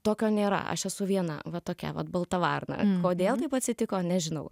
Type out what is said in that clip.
tokio nėra aš esu viena va tokia vat balta varna kodėl taip atsitiko nežinau